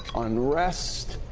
um unrest,